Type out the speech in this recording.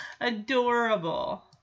Adorable